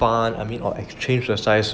and refund I mean or exchange the size